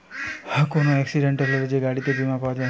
কোন এক্সিডেন্ট হলে যে গাড়িতে বীমা পাওয়া যায়